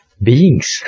beings